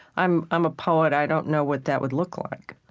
i'm i'm a poet. i don't know what that would look like.